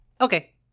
Okay